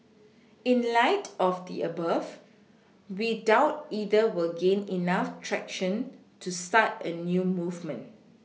in light of the above we doubt either will gain enough traction to start a new movement